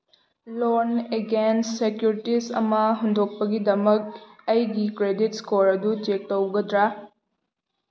ꯂꯣꯟ against securities ꯑꯃ ꯍꯟꯗꯣꯛꯄꯒꯤꯗꯃꯛ ꯑꯩꯒꯤ ꯀ꯭ꯔꯦꯗꯤꯠ ꯏꯁꯀꯣꯔ ꯑꯗꯨ ꯆꯦꯛ ꯇꯧꯒꯗ꯭ꯔꯥ